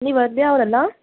ನೀವು ಆದ್ಯ ಅವರಲಾ